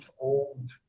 old